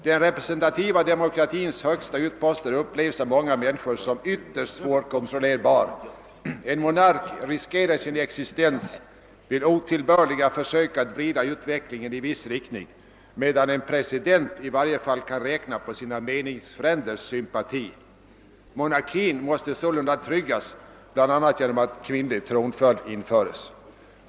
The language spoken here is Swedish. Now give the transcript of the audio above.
Den representativa demokratins högsta poster upplevs av många människor som ytterst svårkontroller bara. En monark riskerar sin existens vid otillbörliga försök att vrida utvecklingen i viss riktning, medan en president i varje fall kan räkna med sina meningsfränders sympati. Monarkin måste sålunda tryggas.